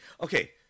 okay